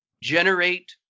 generate